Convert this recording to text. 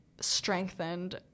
strengthened